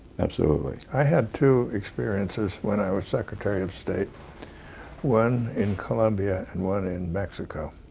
absolutely. i had two experiences when i was secretary of state one in columbia and one in mexico.